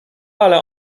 ale